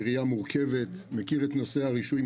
זו עירייה מורכבת ואני מכיר מקרוב את נושא הרישוי.